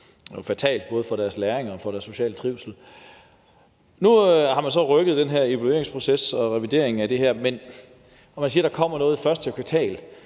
var fatalt for både deres læring og deres sociale trivsel. Nu har man så rykket den her evalueringsproces og revidering af det her. Man siger, at der kommer noget i første kvartal,